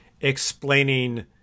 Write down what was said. explaining